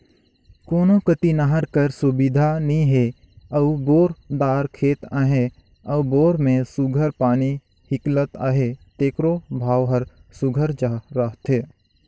कोनो कती नहर कर सुबिधा नी हे अउ बोर दार खेत अहे अउ बोर में सुग्घर पानी हिंकलत अहे तेकरो भाव हर सुघर रहथे